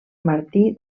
martí